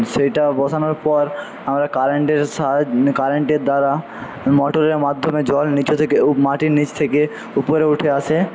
সেটা বসানোর পর আমরা কারেন্টের কারেন্টের দ্বারা মটরের মাধ্যমে জল নিচ থেকে মাটির নিচ থেকে ওপরে উঠে আসে